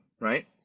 right